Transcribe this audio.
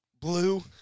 Blue